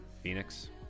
phoenix